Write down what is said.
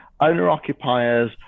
owner-occupiers